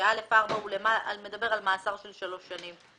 כאשר (א)(4) מדבר על מאסר של שלוש שנים?